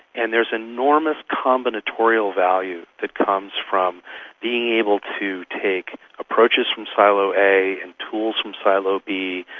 and there is enormous combinatorial value that comes from being able to take approaches from silo a, and tools from silo b,